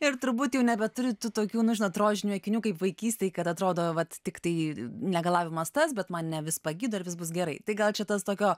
ir turbūt jau nebeturit tų tokių nu žinot rožinių akinių kaip vaikystėj kad atrodo vat tiktai negalavimas tas bet mane vis pagydo ir vis bus gerai tai gal čia tas tokio